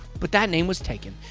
but that name was taken.